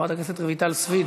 חברת הכנסת רויטל סויד,